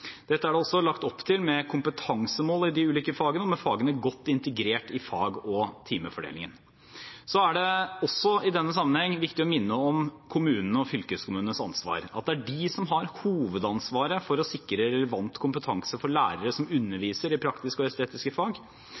Dette er det også lagt opp til med kompetansemål i de ulike fagene og med fagene godt integrert i fag- og timefordelingen. Det er i denne sammenheng også viktig å minne om kommunenes og fylkeskommunenes ansvar, at det er de som har hovedansvaret for å sikre relevant kompetanse for lærere som underviser i praktisk-estetiske fag. Men staten kan og